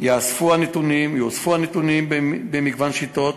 וייאספו נתונים במגוון שיטות,